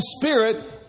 spirit